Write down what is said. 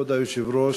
כבוד היושב-ראש,